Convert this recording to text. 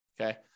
Okay